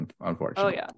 unfortunately